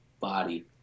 body